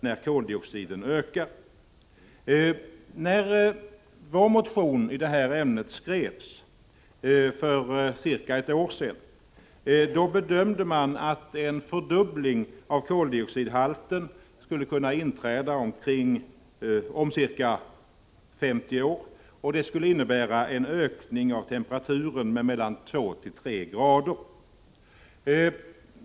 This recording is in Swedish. När vår motion i det här ämnet skrevs för cirka ett år sedan bedömde man att en fördubbling av koldioxidhalten skulle kunna inträda om ungefär 50 år, och det skulle innebära en ökning av temperaturen med 2-3 grader.